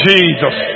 Jesus